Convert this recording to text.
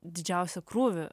didžiausią krūvį